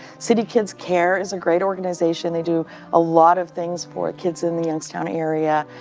city kids care is a great organization. they do a lot of things for kids in the youngstown area.